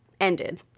ended